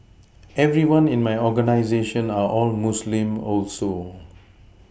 everyone in my organisation are all Muslim also